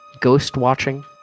ghost-watching